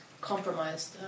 compromised